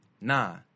Nah